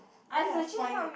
I want to find it